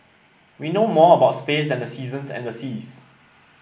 we know more about space than the seasons and the seas